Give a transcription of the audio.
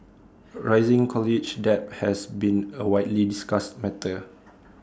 rising college debt has been A widely discussed matter